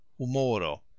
humoro